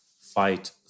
fight